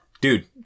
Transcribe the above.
Dude